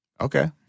Okay